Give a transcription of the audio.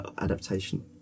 adaptation